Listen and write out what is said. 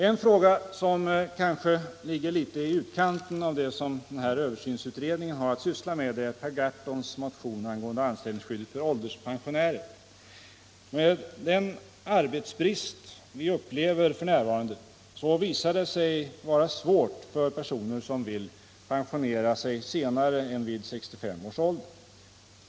En fråga som kanske ligger litet i utkanten av det som den här över = synsutredningen har att syssla med tas upp i Per Gahrtons motion an — Anställningsskydd, gående anställningsskyddet för ålderspensionärer. Med den arbetsbrist — m.m. vi upplever f. n. visar det sig vara svårt för de personer som så vill att pensionera sig senare än vid 65 års ålder.